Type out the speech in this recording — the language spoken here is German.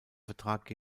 vertrag